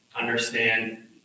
understand